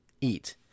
eat